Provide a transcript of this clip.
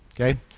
okay